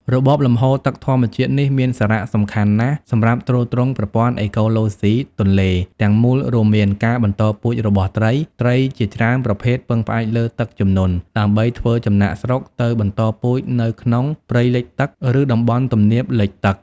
របបលំហូរទឹកធម្មជាតិនេះមានសារៈសំខាន់ណាស់សម្រាប់ ទ្រទ្រង់ប្រព័ន្ធអេកូឡូស៊ីទន្លេ ទាំងមូលរួមមាន ការបន្តពូជរបស់ត្រី ត្រីជាច្រើនប្រភេទពឹងផ្អែកលើទឹកជំនន់ដើម្បីធ្វើចំណាកស្រុកទៅបន្តពូជនៅក្នុងព្រៃលិចទឹក ឬតំបន់ទំនាបលិចទឹក។